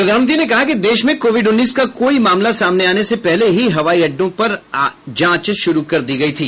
प्रधानमंत्री ने कहा कि देश में कोविड उन्नीस का कोई मामला सामने आने से पहले ही हवाई अड्डों पर जांच शुरू कर दी गई थी